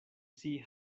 see